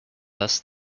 thus